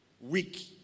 weak